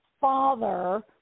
father